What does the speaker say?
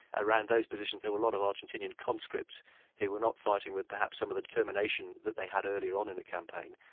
around those positions there were a lot of argentinean conscripts who were not fighting with perhaps some of the determination that they had earlier on in the campaign,